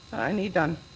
i need done.